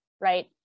right